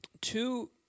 Two